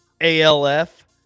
ALF